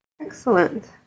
Excellent